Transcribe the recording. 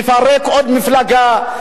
לפרק עוד מפלגה.